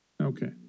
Okay